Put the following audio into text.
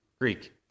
Greek